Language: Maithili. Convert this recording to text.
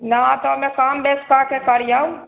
नहि तऽ ओहिमे कम बेस कऽके करिऔ